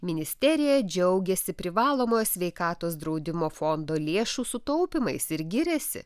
ministerija džiaugėsi privalomojo sveikatos draudimo fondo lėšų sutaupymais ir giriasi